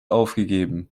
aufgegeben